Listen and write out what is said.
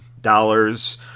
dollars